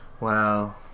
Wow